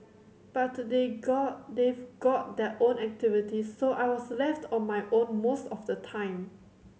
but they got they've got their own activities so I was left on my own most of the time